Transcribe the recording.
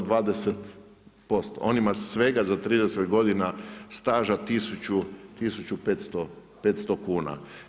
On ima svega za 30 godina staža 1500 kuna.